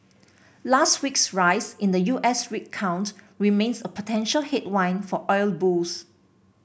last week's rise in the U S rig count remains a potential headwind for oil bulls